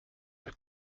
wir